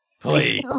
Please